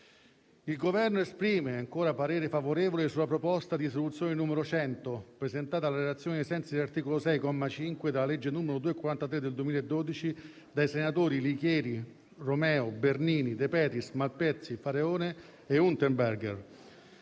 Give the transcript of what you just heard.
Il Governo esprime ancora parere favorevole sulla proposta di soluzione n. 100, presentata alla relazione, ai sensi dell'articolo 6, comma 5, della legge n. 243 del 2012, dai senatori Licheri, Romeo, Bernini, De Petris, Malpezzi, Faraone e Unterberger.